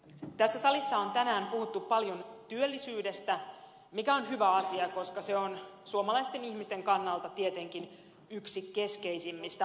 tässä salissa on tänään puhuttu paljon työllisyydestä mikä on hyvä asia koska se on suomalaisten ihmisten kannalta tietenkin yksi keskeisimmistä asioista